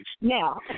now